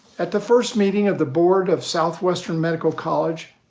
at the first meeting of the board of southwestern medical college,